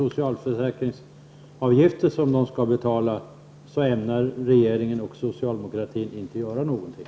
Skall jag tolka det så att i den frågan ämnar regeringen och socialdemokratin inte göra någonting?